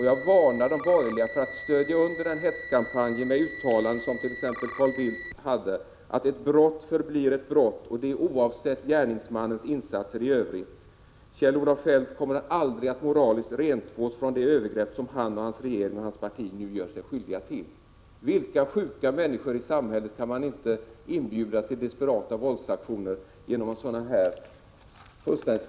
Jag varnade då de borgerliga för att understödja denna hetskampanj med uttalanden som de som t.ex. Carl Bildt fällde: ”Ett brott förblir ett brott, och det oavsett gärningsmannens insatser i 33 övrigt.” Kjell-Olof Feldt kommer ”aldrig att moraliskt rentvås från det övergrepp som han, hans regering och hans parti nu gör sig skyldiga till”. Vilka sjuka människor i vårt samhälle kan man inte inbjuda till desperata våldsaktioner genom sådana uttalanden!